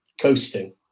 coasting